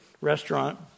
restaurant